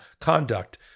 conduct